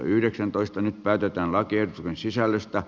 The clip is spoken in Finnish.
nyt päätetään lakiehdotuksen sisällöstä